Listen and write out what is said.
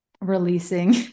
releasing